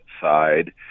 side